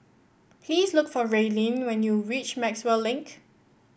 please look for Raelynn when you reach Maxwell Link